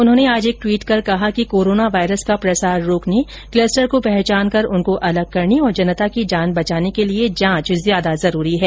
उन्होंने आज एक ट्वीट कर कहा कि कोरोना वायरस का प्रसार रोकने क्लस्टर को पहचान कर उनको अलग करने और जनता की जान बचाने के लिए जांच ज्यादा जरूरी है